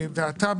ועתה,